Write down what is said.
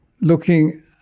looking